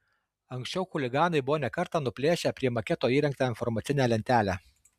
anksčiau chuliganai buvo ne kartą nuplėšę prie maketo įrengtą informacinę lentelę